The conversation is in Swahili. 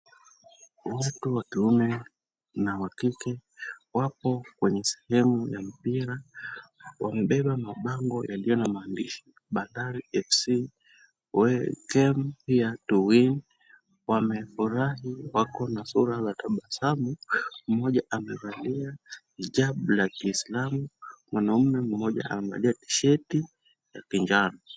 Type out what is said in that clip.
Watu wa kiume na wa kike wapo kwenye sehemu ya mpira. Wamebeba mabango yaliyo na maandishi Bandari FC we came here to win . Wamefurahi, wako na sura za tabasamu. Mmoja amevalia hijabu la Kiislamu. Mwanaume mmoja amevalia tisheti ya kinjano.